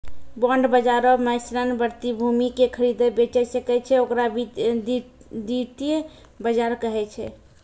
bond बजारो मे ऋण प्रतिभूति के खरीदै बेचै सकै छै, ओकरा द्वितीय बजार कहै छै